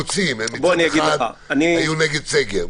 מצד אחד הם היו נגד סגר.